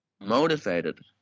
motivated